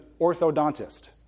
orthodontist